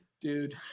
dude